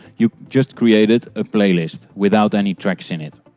you just created a playlist without any track so in it.